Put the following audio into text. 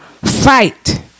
fight